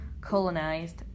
colonized